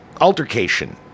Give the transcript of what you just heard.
altercation